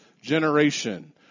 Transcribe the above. generation